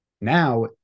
Now